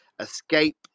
escape